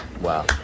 Wow